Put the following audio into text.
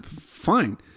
fine